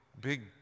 big